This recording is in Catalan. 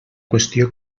qüestió